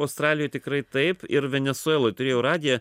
australijoj tikrai taip ir venesueloj turėjau radiją